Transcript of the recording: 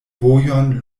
vojon